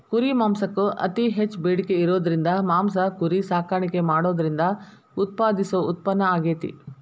ಕುರಿ ಮಾಂಸಕ್ಕ್ ಅತಿ ಹೆಚ್ಚ್ ಬೇಡಿಕೆ ಇರೋದ್ರಿಂದ ಮಾಂಸ ಕುರಿ ಸಾಕಾಣಿಕೆ ಮಾಡೋದ್ರಿಂದ ಉತ್ಪಾದಿಸೋ ಉತ್ಪನ್ನ ಆಗೇತಿ